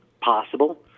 possible